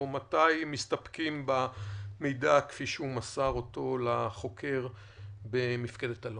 או מתי מסתפקים במידע כפי שהוא מסר אותו לחוקר במפקדת אלון.